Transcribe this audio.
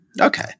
Okay